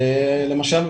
למשל,